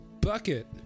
Bucket